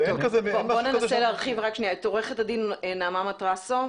ננסה להעלות את עורכת הדין נעמה מטרסו,